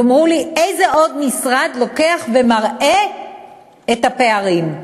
תאמרו לי, איזה עוד משרד לוקח ומראה את הפערים,